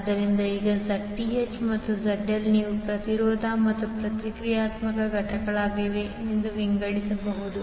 ಆದ್ದರಿಂದ ಈಗ Zth ಮತ್ತು ZL ನೀವು ಪ್ರತಿರೋಧ ಮತ್ತು ಪ್ರತಿಕ್ರಿಯಾತ್ಮಕ ಘಟಕಗಳಾಗಿ ವಿಂಗಡಿಸಬಹುದು